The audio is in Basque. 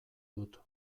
dut